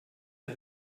der